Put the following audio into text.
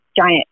giant